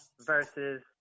versus